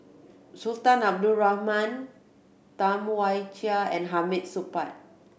Sultan Abdul Rahman Tam Wai Jia and Hamid Supaat